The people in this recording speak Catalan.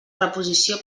reposició